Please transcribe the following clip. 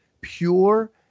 pure